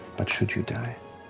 but should you die,